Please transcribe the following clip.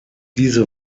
diese